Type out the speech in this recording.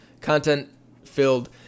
content-filled